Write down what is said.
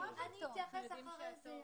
אני אתייחס אחרי זה.